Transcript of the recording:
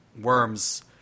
worms